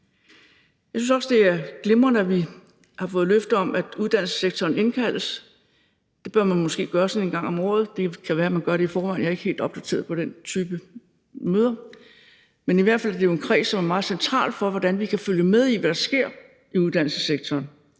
Jeg synes også, det er glimrende, at vi har fået løfte om, at uddannelsessektoren indkaldes. Det bør man måske gøre en gang om året. Det kan være, man gør det i forvejen, jeg er ikke helt opdateret på den type møder. Men i hvert fald er det en kreds, som er meget central for, hvordan vi kan følge med i, hvad der sker i uddannelsessektoren,